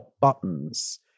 buttons